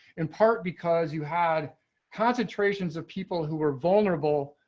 in part because you had concentrations of people who are vulnerable.